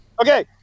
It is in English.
Okay